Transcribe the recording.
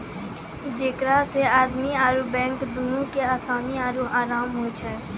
जेकरा से आदमी आरु बैंक दुनू के असानी आरु अराम होय छै